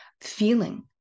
feeling